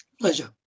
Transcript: Pleasure